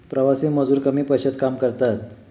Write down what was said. प्रवासी मजूर कमी पैशात काम करतात